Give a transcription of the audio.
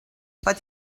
but